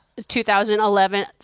2011